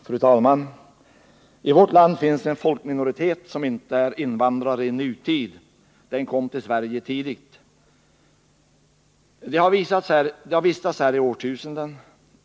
Fru talman! I vårt land finns en folkminoritet som inte är invandrare i nutid. Den kom till Sverige tidigt och har vistats här i årtusenden.